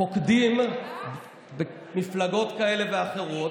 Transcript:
פוקדים במפלגות כאלה ואחרות,